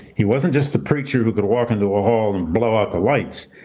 he wasn't just the preacher who could walk into a hall and blow out the lights,